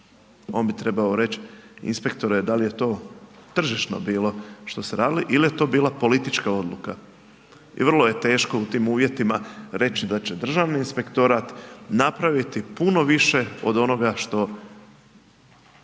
On bi trebao reć, inspektore dal je to tržišno bilo što ste radili ili je to bila politička odluka? I vrlo je teško u tim uvjetima reći da će Državni inspektorat napraviti puno više od onoga što,